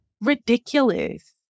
ridiculous